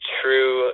true